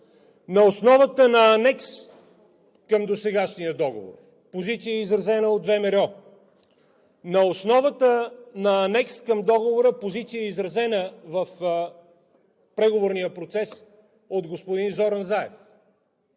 …на основата на Анекс към досегашния договор – позиция, изразена от ВМРО, на основата на Анекс към договора – позиция, изразена в преговорния процес от господин Зоран Заев,